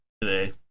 today